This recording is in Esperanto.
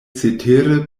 cetere